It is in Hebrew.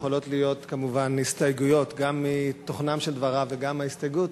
יכולות להיות כמובן הסתייגויות גם מתוכנם של דבריו וגם ההסתייגות,